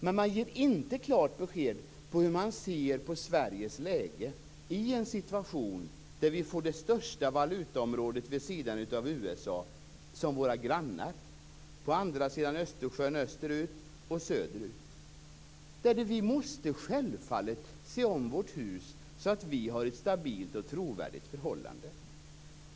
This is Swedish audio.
Men man ger inte klart besked om hur man ser på Sveriges läge i en situation då vi får det största valutaområdet vid sidan av USA som vår granne på andra sidan Östersjön österut och söderut. Vi måste självfallet se om vårt hus så att vi har ett stabilt och trovärdigt förhållande.